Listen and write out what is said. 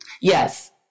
Yes